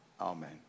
amen